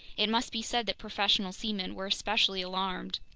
it must be said that professional seamen were especially alarmed.